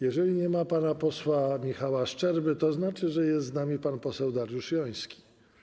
Jeżeli nie ma pana posła Michała Szczerby, to znaczy, że jest z nami pan poseł Dariusz Joński.